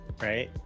right